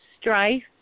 strife